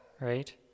right